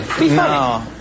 No